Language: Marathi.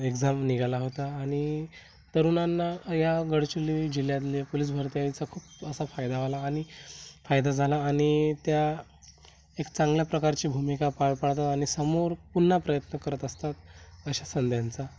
एक्झाम निघाला होता आणि तरुणांना या गडचुल्ली जिल्ह्यातले पोलीस भरत्यायचा खूप असा फायदा होला आणि फायदा झाला आणि त्या एक चांगल्या प्रकारची भूमिका पाळ पाळतात आणि समोर पुन्हा प्रयत्न करत असतात अशा संध्यांचा